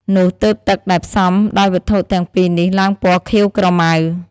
នោះទើបទឹកដែលផ្សំដោយវត្ថុទាំងពីរនេះឡើងពណ៌ខៀវក្រមៅ។